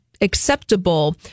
acceptable